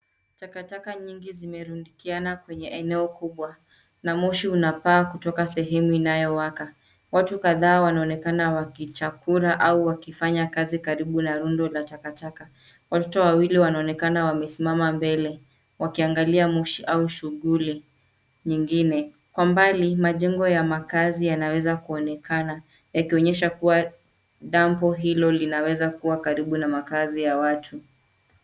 Takataka nyingi zimerudikiana kwenye eneo kubwa na moshi unapaa kutoka sehemu inayowaka. Watu kadhaa wanaonekana wakichakura au wakifanya kazi karibu na rundo la takataka. Watoto wawili wanaonekana wamesimama mbele wakiangalia moshi au shughuli nyingine. Kwa mbali, majengo ya makazi yanaweza kuonekana, yakionyesha kuwa dampo hilo linaweza kuwa karibu na makazi ya watu.